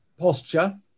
posture